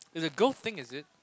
it's a girl thing is it